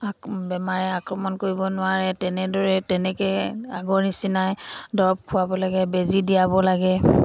বেমাৰে আক্ৰমণ কৰিব নোৱাৰে তেনেদৰে তেনেকে আগৰ নিচিনাই দৰৱ খুৱাব লাগে বেজী দিয়াব লাগে